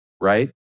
right